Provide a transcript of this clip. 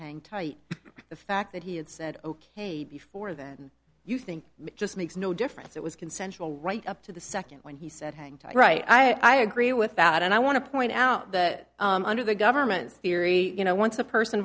hang tight the fact that he had said ok before then you think it just makes no difference it was consensual right up to the second when he said hang tight right i agree with that and i want to point out that under the government's theory you know once a person